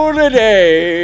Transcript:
today